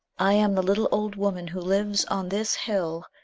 i am the little old woman who lives on this hill.